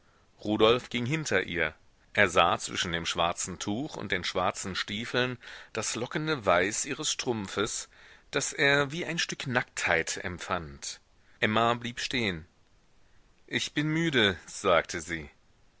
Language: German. rudolf ging hinter ihr er sah zwischen dem schwarzen tuch und den schwarzen stiefeln das lockende weiß ihres strumpfes das er wie ein stück nacktheit empfand emma blieb stehen ich bin müde sagte sie